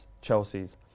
Chelsea's